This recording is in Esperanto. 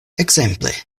ekzemple